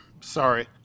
sorry